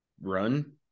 run